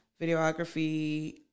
videography